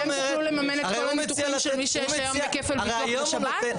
אתם תוכלו לממן את כל הניתוחים של מי שיש היום כפל ביטוח בשב"ן?